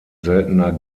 seltener